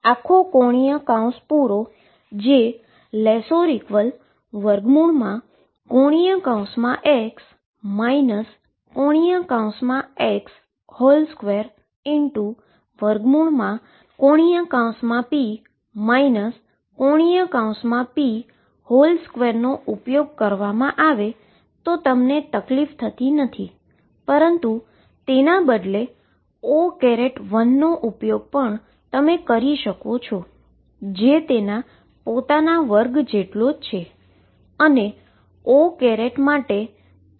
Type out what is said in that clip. હવે જો તમે ⟨x ⟨x⟩p ⟨p⟩⟩≤⟨x ⟨x⟩2⟩ ⟨p ⟨p⟩2⟩ નો ઉપયોગ કરવામાં આવે તો તમને કોઈ તકલીફ થતી નથી પરંતુ તેના બદલે O1 નો ઉપયોગ કરી શકો છો જે તેના પોતાના સ્ક્વેર જેટલો જ છે